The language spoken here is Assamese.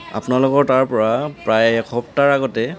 আপোনালোকৰ তাৰপৰা প্ৰায় এসপ্তাহৰ আগতে